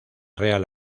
real